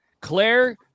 Claire